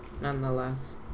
nonetheless